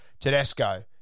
Tedesco